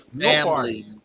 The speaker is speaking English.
family